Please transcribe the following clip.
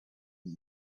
but